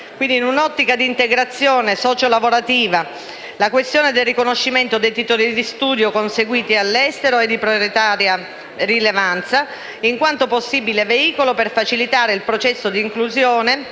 lauream*. In un'ottica di integrazione socio-lavorativa, la questione del riconoscimento dei titoli di studio conseguiti all'estero è di prioritaria rilevanza, in quanto possibile veicolo per facilitare il processo di inclusione